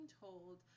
told